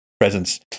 presence